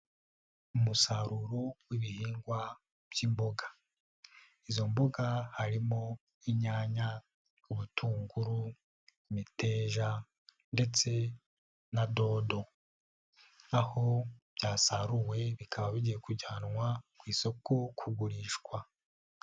Umusaruro w'ibihingwa by'imboga, izo mbuga harimo inyanya, ubutunguru, imeteja ndetse na dodo, aho byasaruwe bikaba bigiye kujyanwa ku isoko kugurishwa.